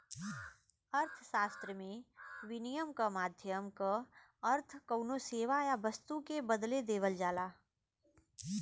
अर्थशास्त्र में, विनिमय क माध्यम क अर्थ कउनो सेवा या वस्तु के बदले देवल जाला